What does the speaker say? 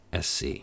SC